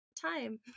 time